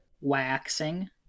Waxing